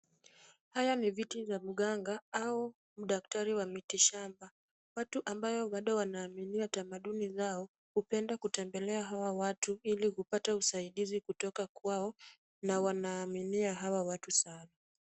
Haya ni viti vya mganga au daktari wa miti shamba. Watu ambao bado wanaamini tamaduni zao hupenda kutembelea hawa watu ili kupata usaidizi kutoka kwao na wanaaminia hawa watu sana.